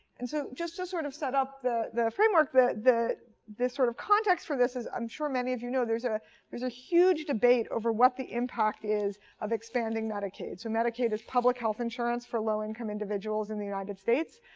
and so just to sort of set up the the framework, the the sort of context for this as i'm sure many of you know, there's ah there's a huge debate over what the impact is of expanding medicaid. so medicaid is public health insurance for low-income individuals in the united states.